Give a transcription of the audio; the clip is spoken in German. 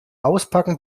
auspacken